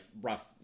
rough